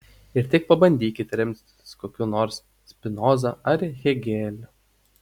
ir tik pabandykit remtis kokiu nors spinoza ar hėgeliu